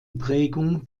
prägung